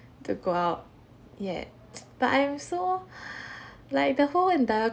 to go out yet but I'm so like the whole entire